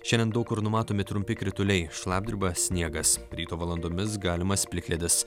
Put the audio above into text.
šiandien daug kur numatomi trumpi krituliai šlapdriba sniegas ryto valandomis galimas plikledis